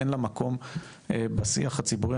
אין לה מקום בשיח הציבורי.